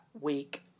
week